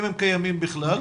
אם הם קיימים בכלל.